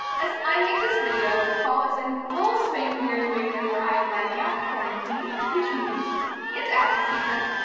as i make this video, fall is in full swing here in new england where i am riding out quarantine, which means it's apple season!